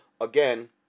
Again